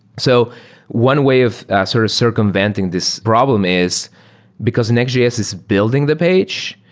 so one way of sot of circumventing this problem is because nextjs is building the page,